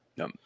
No